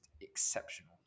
exceptional